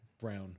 Brown